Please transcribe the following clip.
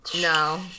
No